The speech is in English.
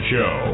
Show